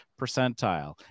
percentile